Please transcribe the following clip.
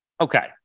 Okay